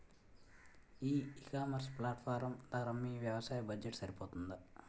ఈ ecommerce platform ధర మీ వ్యవసాయ బడ్జెట్ సరిపోతుందా?